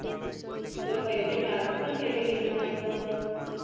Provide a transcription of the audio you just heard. जर पैसे ट्रान्सफर केले गेले नाही तर?